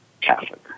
Catholic